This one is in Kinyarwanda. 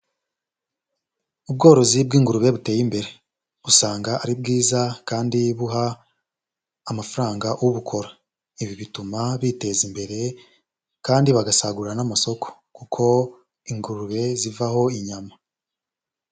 Ubworozi bw'ingurube buteye imbere, usanga ari bwiza kandi buha amafaranga ubukora. Ibi bituma biteza imbere, kandi bagasagurira n'amasoko, kuko ingurube zivaho inyama.